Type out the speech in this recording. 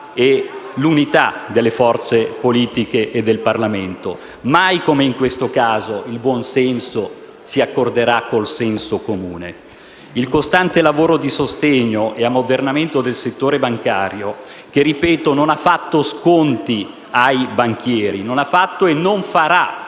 e l'unità delle forze politiche e del Parlamento. Mai come in questo caso il buon senso si accorderà col senso comune: il costante lavoro di sostegno e ammodernamento del settore bancario (che, ripeto, non ha fatto e non farà sconti ai banchieri) è volto ad